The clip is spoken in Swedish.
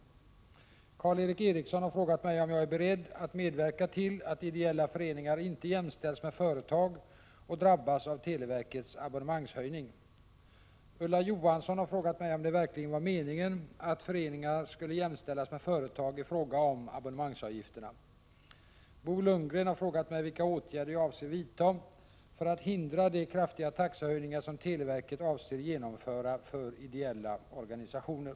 Karl Erik Eriksson har frågat mig om jag är beredd medverka till att ideella föreningar inte jämställs med företag och drabbas av televerkets abonnemangshöjning. Ulla Johansson har frågat mig om det verkligen var meningen att föreningar skulle jämställas med företag i fråga om abonnemangsavgifterna. Bo Lundgren har frågat mig vilka åtgärder jag avser vidta för att hindra de kraftiga taxehöjningar som televerket avser genomföra för ideella organisationer.